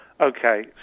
Okay